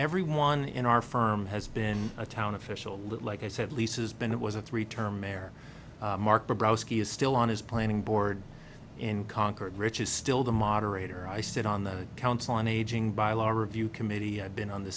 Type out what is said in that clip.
everyone in our firm has been a town official like i said leases been it was a three term mayor mark is still on his planning board in concord riches still the moderator i sit on the council on aging by law review committee i've been on the